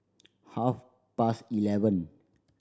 half past eleven